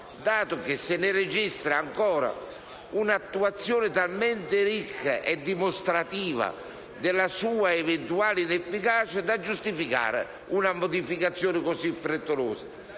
dato che se ne registra ancora un'attuazione talmente ricca e dimostrativa della sua eventuale inefficacia da giustificare una modificazione così frettolosa.